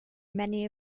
many